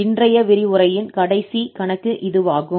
இன்றைய விரிவுரையின் கடைசி கணக்கு இதுவாகும்